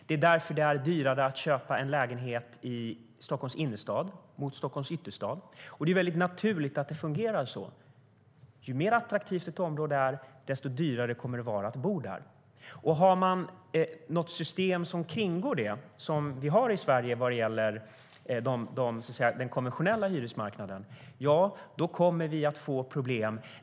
Det är därför som det är dyrare att köpa en lägenhet i Stockholms innerstad än i Stockholms ytterstad. Det är väldigt naturligt att det fungerar så. Ju mer attraktivt ett område är, desto dyrare kommer det att vara att bo där. Har man ett system som kringgår detta, som vi har i Sverige när det gäller den konventionella hyresmarknaden, får man problem.